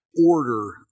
order